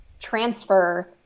transfer